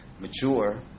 mature